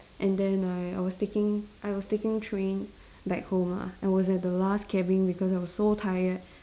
and then I I was taking I was taking train back home lah I was at the last cabin because I was so tired